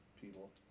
people